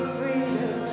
freedom